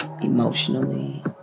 emotionally